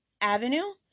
Avenue